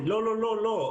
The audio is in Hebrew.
לא, לא, לא.